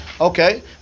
Okay